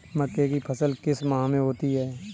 मक्के की फसल किस माह में होती है?